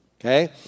okay